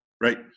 Right